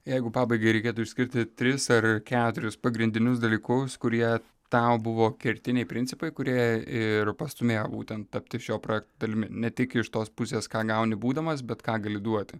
jeigu pabaigai reikėtų išskirti tris ar keturis pagrindinius dalykus kurie tau buvo kertiniai principai kurie ir pastūmėjo būtent tapti šio projekto dalimi ne tik iš tos pusės ką gauni būdamas bet ką gali duoti